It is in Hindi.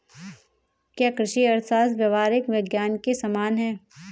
क्या कृषि अर्थशास्त्र व्यावहारिक विज्ञान के समान है?